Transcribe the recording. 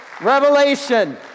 Revelation